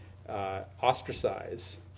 Ostracize